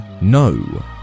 No